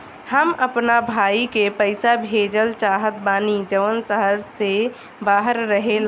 हम अपना भाई के पइसा भेजल चाहत बानी जउन शहर से बाहर रहेला